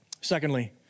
Secondly